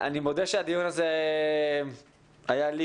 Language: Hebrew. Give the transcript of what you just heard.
אני מודה שהדיון הזה היה לי,